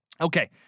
Okay